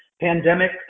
pandemic